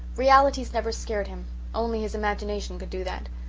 realities never scared him only his imagination could do that.